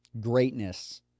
Greatness